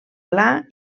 pla